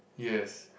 yes